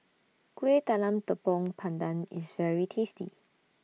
Kuih Talam Tepong Pandan IS very tasty